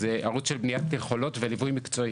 זה ערוץ של בניית יכולות וליווי מקצועי.